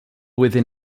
within